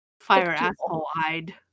fire-asshole-eyed